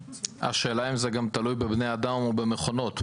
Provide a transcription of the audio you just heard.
השאלה אם זה תלוי בבני אדם או במכוונת.